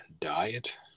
diet